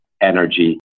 energy